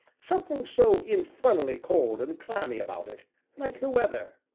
something so infernally cold and clammy about it like the weather.